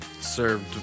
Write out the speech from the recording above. served